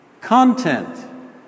Content